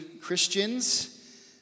Christians